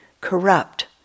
corrupt